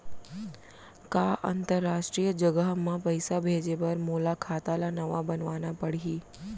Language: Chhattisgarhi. का अंतरराष्ट्रीय जगह म पइसा भेजे बर मोला खाता ल नवा बनवाना पड़ही?